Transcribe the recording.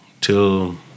till